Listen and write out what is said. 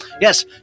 yes